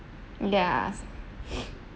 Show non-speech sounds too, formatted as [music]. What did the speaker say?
yes [breath]